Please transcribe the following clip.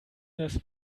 dass